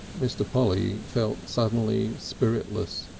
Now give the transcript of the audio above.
mr. polly felt suddenly spiritless.